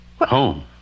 Home